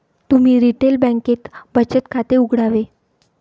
तुम्ही रिटेल बँकेत बचत खाते उघडावे